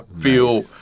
feel